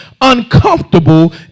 uncomfortable